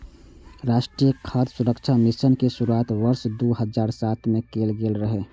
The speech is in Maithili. राष्ट्रीय खाद्य सुरक्षा मिशन के शुरुआत वर्ष दू हजार सात मे कैल गेल रहै